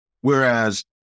Whereas